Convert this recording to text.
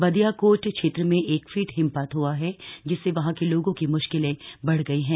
बादियाकोट क्षेत्र में एक फीट हिमपात हुआ है जिससे वहां के लोगों की मुश्किलें बढ़ गई हैं